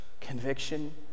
conviction